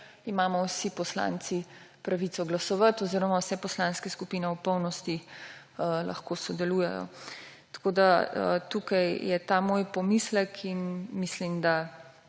imamo vsi poslanci pravico glasovati oziroma vse poslanske skupine ob polnosti lahko sodelujejo. Tako da tukaj je ta moj pomislek in mislim, da